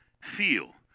feel